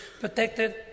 protected